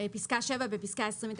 " (7)בפסקה (29),